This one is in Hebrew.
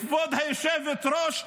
כבוד היושבת-ראש,